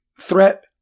threat